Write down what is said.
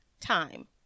time